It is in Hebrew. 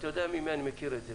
כשאומרים לי: "גם אני מחזק את ידך",